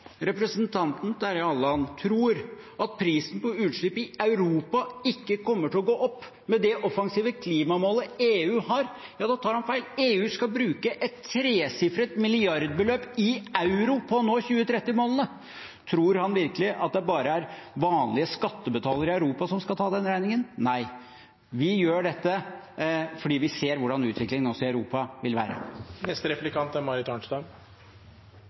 prisen på utslipp i Europa ikke kommer til å gå opp med det offensive klimamålet EU har, tar han feil. EU skal bruke et tresifret milliardbeløp i euro på å nå 2030-målene. Tror han virkelig at det er bare vanlige skattebetalere i Europa som skal ta den regningen? Nei. Vi gjør dette fordi vi ser hvordan utviklingen også i Europa vil være.